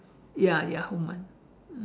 ya ya woman